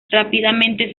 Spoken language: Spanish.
rápidamente